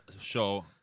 show